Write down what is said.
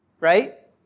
Right